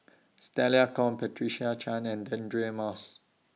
Stella Kon Patricia Chan and Deirdre Moss